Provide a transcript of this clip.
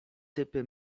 typy